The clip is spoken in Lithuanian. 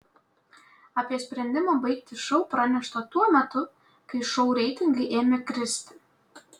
apie sprendimą baigti šou pranešta tuo metu kai šou reitingai ėmė kristi